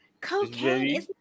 Cocaine